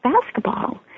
Basketball